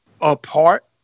apart